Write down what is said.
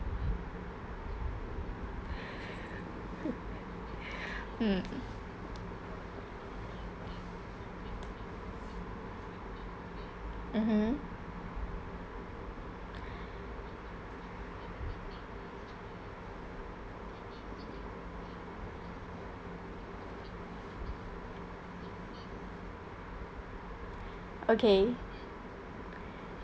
mm mmhmm okay